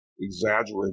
exaggerated